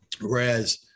Whereas